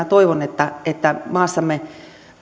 toivon että että maassamme